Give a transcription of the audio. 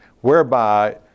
whereby